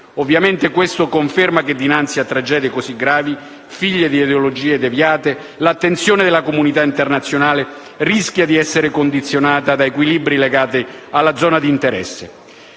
Ovviamente questo conferma che dinanzi a tragedie così gravi, figlie di ideologie deviate, l'attenzione della comunità internazionale rischia di essere condizionata dagli equilibri legati alla zona di interesse.